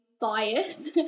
bias